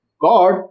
God